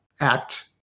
act